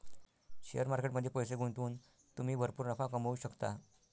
share market मध्ये पैसे गुंतवून तुम्ही भरपूर नफा कमवू शकता